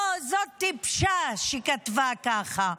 אוה, זו טיפשה שכתבה כך,